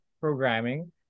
programming